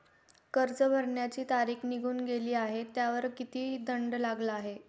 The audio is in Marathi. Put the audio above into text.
कर्ज भरण्याची तारीख निघून गेली आहे त्यावर किती दंड लागला आहे?